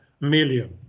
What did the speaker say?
million